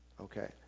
Okay